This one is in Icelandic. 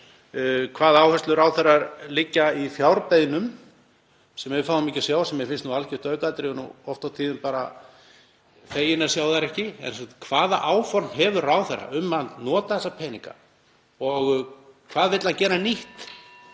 hvaða áherslur ráðherrar leggja í fjárbeiðnum sem við fáum ekki að sjá, sem mér finnst nú algjört aukaatriði oft á tíðum og bara feginn að sjá þær ekki. En hvaða áform hefur ráðherra um að nota þessa peninga og hvað vill hann gera nýtt